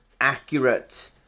accurate